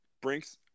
Brinks